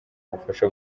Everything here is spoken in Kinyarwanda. ubufasha